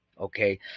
okay